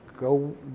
Go